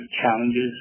challenges